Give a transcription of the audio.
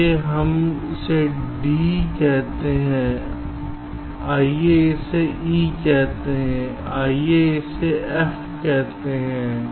आइए हम इसे d कहते हैं आइए इसे e कहते हैं आइए इसे f कहते हैं